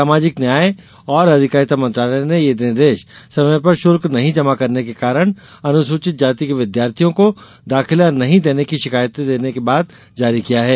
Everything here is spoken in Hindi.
सामाजिक न्याय और अधिकारिता मंत्रालय ने यह निर्देश समय पर शुल्क नहीं जमा करने के कारण अनुसूचित जाति के विद्यार्थियों को दाखिला नहीं देने की शिकायतों देने के बाद जारी किया है